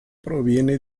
proviene